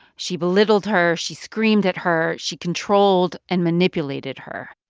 she belittled her, she screamed at her, she controlled and manipulated her